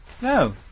No